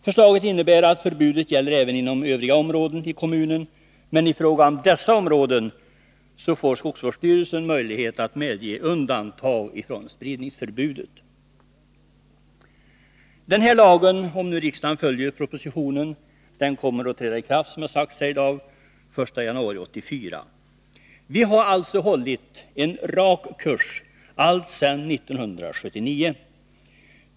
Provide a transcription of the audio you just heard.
Förslaget innebär att förbudet gäller även inom övriga områden i kommunen, men i fråga om dessa områden får skogsvårdsstyrelsen möjlighet att medge undantag från spridningsförbudet. Den här lagen kommer, om nu riksdagen följer propositionen, att träda i kraft — som har sagts här i dag — den 1 januari 1984. Vi har hållit en rak kurs alltsedan 1979.